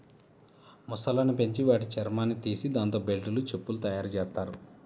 మొసళ్ళను పెంచి వాటి చర్మాన్ని తీసి దాంతో బెల్టులు, చెప్పులు తయ్యారుజెత్తారు